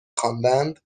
خواندند